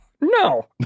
no